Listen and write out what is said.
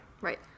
Right